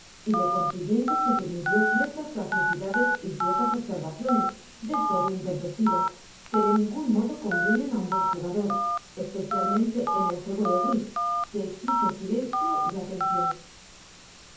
y de consiguiente se permitió ciertas graciosidades y ciertas observaciones del todo intempestivas que de ningun modo convienen á un buen jugador especialmente en el juego de wisl que ecsije silencio y atencion